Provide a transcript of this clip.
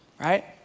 right